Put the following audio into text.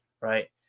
right